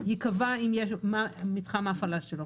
ייקבע מה מתחם ההפעלה שלו.